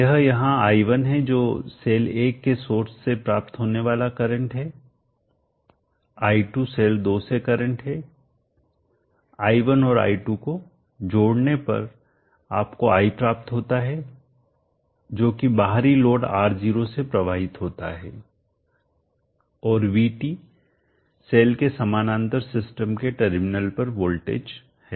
यह यहाँ i1 है जो सेल 1 के सोर्स से प्राप्त होने वाला करंट है i2 सेल 2 से करंट है i1 और i2 को जोड़ने पर आपको i प्राप्त होता है जो कि बाहरी लोड R0 से प्रवाहित होता है और VT सेल के समानांतर सिस्टम के टर्मिनल पर वोल्टेज है